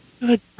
Good